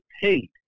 paid